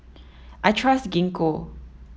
I trust Gingko